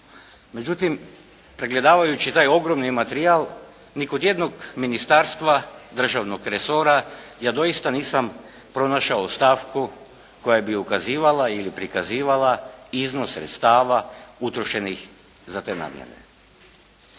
Međutim, pregledavajući taj ogromni materijal ni kod jednog ministarstva državnog resora ja doista nisam pronašao stavku koja bi ukazivala ili prikazivala iznos sredstava utrošenih za te namjene.